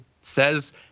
says